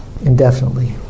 indefinitely